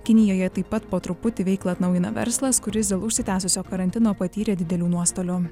kinijoje taip pat po truputį veiklą atnaujina verslas kuris dėl užsitęsusio karantino patyrė didelių nuostolių